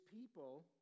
people